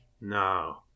no